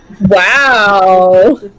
Wow